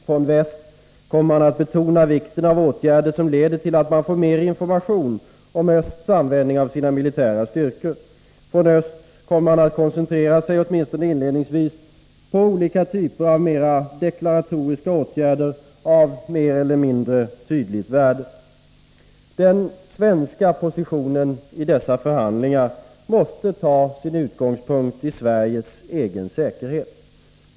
Från väst kommer man att betona vikten av åtgärder som leder till att man får mer information om östs användning av sina militära styrkor. Från öst kommer man att — åtminstone inledningsvis — koncentrera sig på olika typer av mera deklaratoriska åtgärder av mer eller mindre tydligt värde. Den svenska positionen i dessa förhandlingar måste ta sin utgångspunkt i Sveriges egen säkerhet.